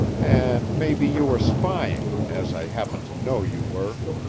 and maybe you were spying, as i happen to know you were.